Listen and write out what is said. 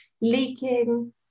leaking